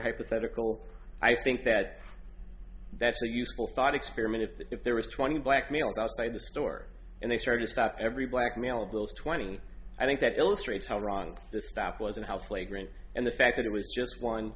hypothetical i think that that's a useful thought experiment if the if there was twenty black males outside the store and they start to stop every black male of those twenty and i think that illustrates how wrong this path was and how flagrant and the fact that it was just one